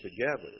together